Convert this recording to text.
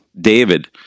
David